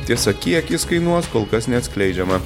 tiesa kiek jis kainuos kol kas neatskleidžiama